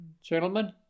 gentlemen